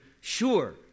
sure